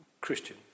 Christian